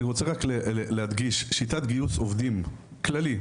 אני רוצה רק להדגיש שיטת גיוס עובדים כללי,